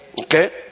Okay